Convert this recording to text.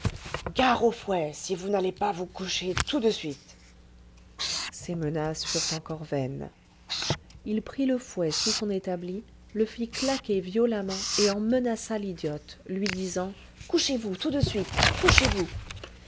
gare au fouet si vous n'allez pas vous coucher tout de suite ces menaces furent encore vaines il prit le fouet sous son établi le fit claquer violemment et en menaça l'idiote lui disant couchez-vous tout de suite couchez-vous